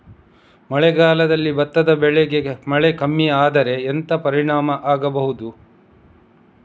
ಮಳೆಗಾಲದಲ್ಲಿ ಭತ್ತದ ಬೆಳೆಗೆ ಮಳೆ ಕಮ್ಮಿ ಆದ್ರೆ ಎಂತ ಪರಿಣಾಮ ಆಗಬಹುದು?